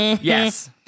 Yes